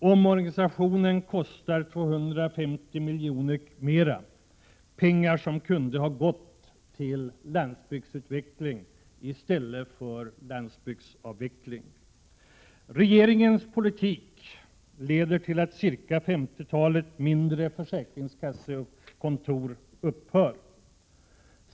Omorganisationen kostar ca 250 milj.kr., pengar som kunde ha gått till landsbygdsutveckling i stället för till landsbygdsavveckling. — Regeringens politik leder till att cirka femtiotalet mindre försäkringskassekontor läggs ned.